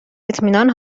اطمینان